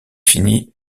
fini